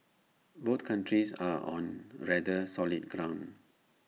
both countries are on rather solid ground